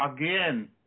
again